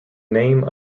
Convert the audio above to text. name